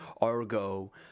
Argo